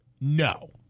No